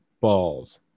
balls